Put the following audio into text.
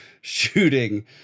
shooting